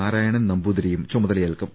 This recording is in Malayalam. നാരായണൻ നമ്പൂതിരിയും ചുമതലയേൽക്കും